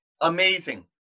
amazing